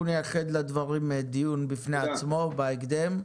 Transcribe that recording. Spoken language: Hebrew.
אנחנו נייחד לדברים דיון בפני עצמו, בהקדם.